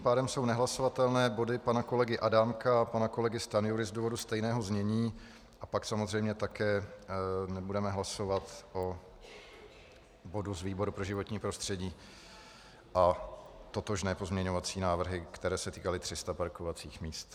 Tím pádem jsou nehlasovatelné body pana kolegy Adámka a pana kolegy Stanjury z důvodu stejného znění a pak samozřejmě také nebudeme hlasovat o bodu z výboru pro životní prostředí a totožné pozměňovací návrhy, které se týkaly 300 parkovacích míst.